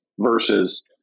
versus